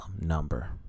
number